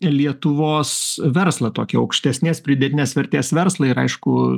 lietuvos verslą tokį aukštesnės pridėtinės vertės verslą ir aišku